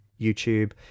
YouTube